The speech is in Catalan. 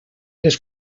les